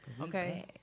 Okay